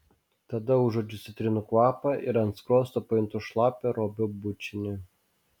tada užuodžiu citrinų kvapą ir ant skruosto pajuntu šlapią robio bučinį